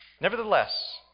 Nevertheless